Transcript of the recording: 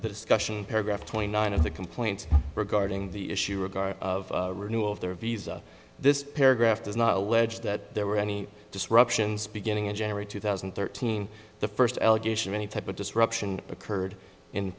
discussion paragraph twenty nine of the complaint regarding the issue regard of renewal of their visa this paragraph does not allege that there were any disruptions beginning in january two thousand and thirteen the first allegation any type of disruption occurred in